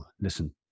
listen